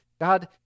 god